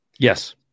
Yes